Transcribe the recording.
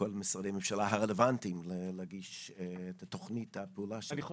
לכל משרדי הממשלה הרלוונטיים להגיש את תוכנית הפעולה שלהם?